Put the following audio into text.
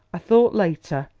a thought later,